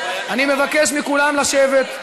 אני מבקש מכולם לשבת.